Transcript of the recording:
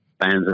fans